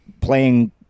playing